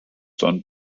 done